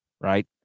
Right